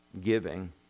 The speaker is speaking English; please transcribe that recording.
giving